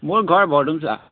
মোৰ ঘৰ বৰদুমছা